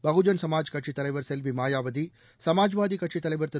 பகுஜன்சமாஜ் கட்சித் தலைவர் செல்வி மாயாவதி சமாஜ்வாதி கட்சித் தலைவர் திரு